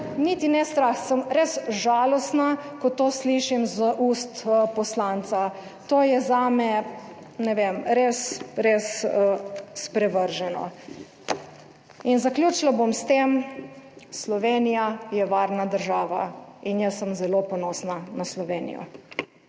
niti ne strah, sem res žalostna, ko to slišim iz ust poslanca. To je zame, ne vem, res, res sprevrženo. In zaključila bom s tem, Slovenija je varna država in jaz sem zelo ponosna na Slovenijo.